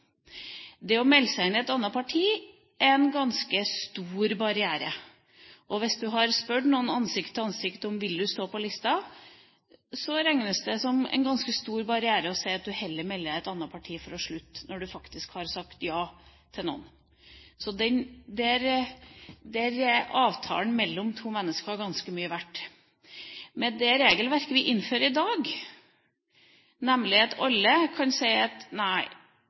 Det å melde seg inn i et annet parti er en ganske stor barriere. Og hvis du har spurt noen ansikt til ansikt om de vil stå på lista, regnes det som en ganske stor barriere å si at du heller melder deg inn i et annet parti for å slutte, når du faktisk har sagt ja til noen. Så der er avtalen mellom to mennesker ganske mye verdt. Med det regelverket vi innfører i dag, nemlig at alle kan si at nei,